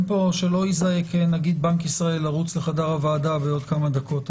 שלא ייזעק בנק ישראל לרוץ לחדר הוועדה עוד כמה דקות.